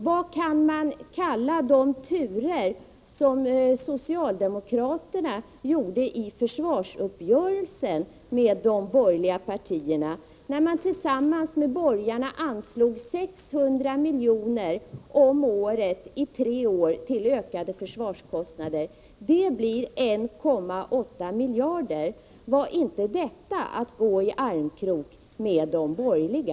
Vad kan man då kalla socialdemokraternas turer i försvarsuppgörelsen med de borgerliga partierna, när socialdemokraterna tillsammans med borgarna anslog 600 milj.kr. om året i tre år till ökade försvarskostnader? Det blir sammanlagt 1,8 miljarder kronor. Var inte detta att gå i armkrok med de borgerliga?